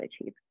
achieve